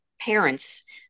parents